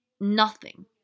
Nothing